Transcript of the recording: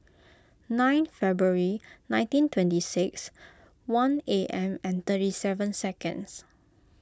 nine February nineteen twenty six one A M and thirty seven seconds